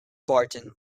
barton